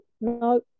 No